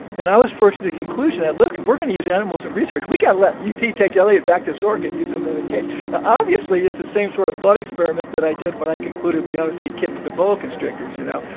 and i was forced to the conclusion that, look if we're going to use animals in research, we got to let e t. take elliott back to zork and use him in a cage obviously, it's the same sort of thought experiment that i did when i concluded we ought to feed kittens to boa constrictors, you know?